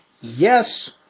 Yes